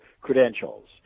credentials